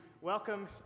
welcome